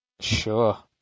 Sure